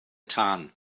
tân